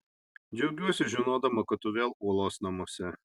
džiaugiuosi žinodama kad tu vėl uolos namuose